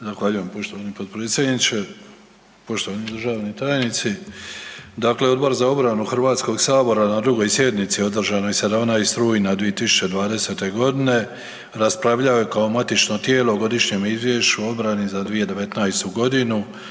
Zahvaljujem poštovani potpredsjedniče. Poštovani državni tajnici, dakle Odbor za obranu Hrvatskog sabora na 2. sjednici održanoj 17. rujna 2020. godine raspravljao je kao matično tijelo o Godišnjem izvješću o obrani za 2019. godinu